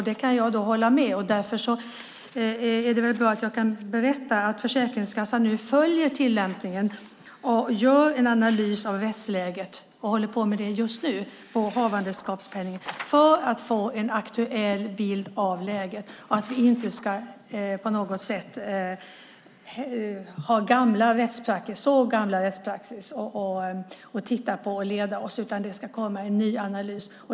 Jag kan hålla med om det, och därför är det bra att jag kan berätta att Försäkringskassan nu följer tillämpningen och gör en analys av rättsläget när det gäller havandeskapspenning. Man håller på med det just nu, för att få en aktuell bild av läget. Vi ska inte ha så gammal rättspraxis att titta på som ska vägleda oss, utan det ska komma en ny analys.